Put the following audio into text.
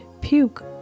puke